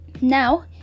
Now